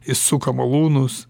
jis suka malūnus